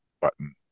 button